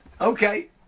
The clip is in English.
okay